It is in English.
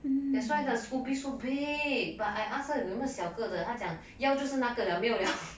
that's why the scoby so big but I ask her 有没有小个子他讲要就是那个了没有了 so I don't want to be chosen I just